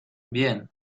bien